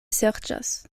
serĉas